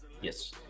Yes